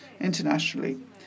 internationally